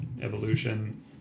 evolution